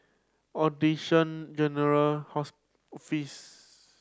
Audition General